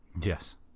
Yes